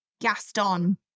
Gaston